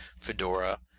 Fedora